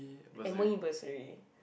m_o_e bursary